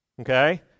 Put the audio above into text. okay